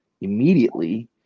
immediately